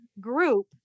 group